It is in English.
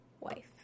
wife